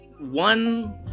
one